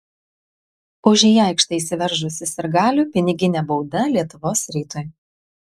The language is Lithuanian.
už į aikštę įsiveržusį sirgalių piniginė bauda lietuvos rytui